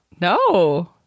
No